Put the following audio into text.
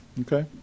Okay